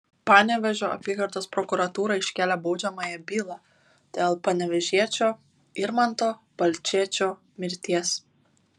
panevėžio apygardos prokuratūra iškėlė baudžiamąją bylą dėl panevėžiečio irmanto balčėčio mirties